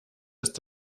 ist